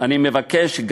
אני מבקש,